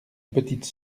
petite